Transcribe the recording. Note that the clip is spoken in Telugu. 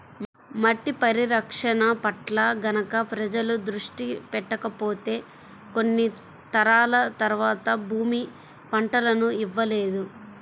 మట్టి పరిరక్షణ పట్ల గనక ప్రజలు దృష్టి పెట్టకపోతే కొన్ని తరాల తర్వాత భూమి పంటలను ఇవ్వలేదు